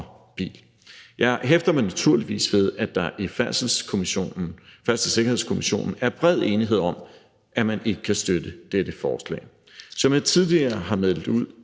bil. Jeg hæfter mig naturligvis ved, at der i Færdselssikkerhedskommissionen er bred enighed om, at man ikke kan støtte dette forslag. Som jeg tidligere har meldt ud,